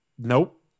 Nope